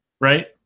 right